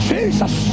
Jesus